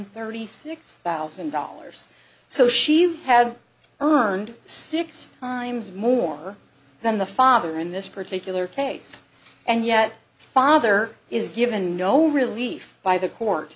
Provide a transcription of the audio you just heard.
hundred thirty six thousand dollars so she had earned six times more than the father in this particular case and yet father is given no relief by the court